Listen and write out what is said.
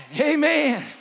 Amen